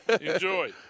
enjoy